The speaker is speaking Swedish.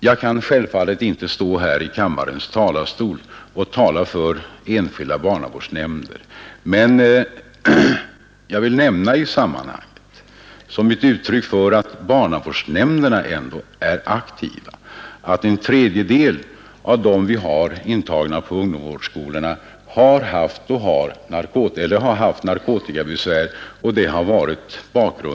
Jag kan självfallet inte stå här i kammarens talarstol och tala för enskilda barnavårdsnämnder. Men jag vill nämna i sammanhanget som ett uttryck för barnavårdsnämndernas aktivitet, att en tredjedel av dem vi har intagna på ungdomsvårdsskolorna har haft narkotikabesvär.